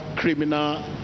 criminal